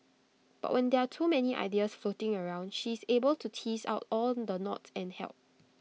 but when there are too many ideas floating around she is able to tease out all the knots and help